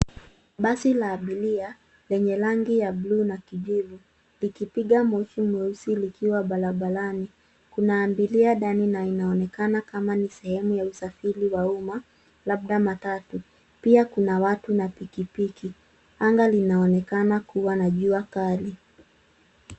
Basi la abiria lenye rangi ya buluu na kijivu likipiga moshi mweusi likiwa barabarani. Kuna abiria ndani na inaonekana kama ni sehemu ya usafiri wa uma labda matatu. Pia kuna watu na pikipiki. Anga linaonekana kuwa na jua kali.